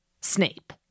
Snape